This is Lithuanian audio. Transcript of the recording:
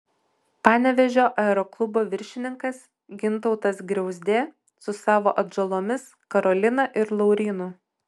panevėžio aeroklubo viršininkas gintautas griauzdė su savo atžalomis karolina ir laurynu